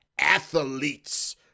athletes